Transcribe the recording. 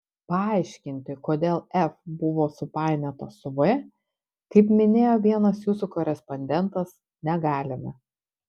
paaiškinti kodėl f buvo supainiota su v kaip minėjo vienas jūsų korespondentas negalime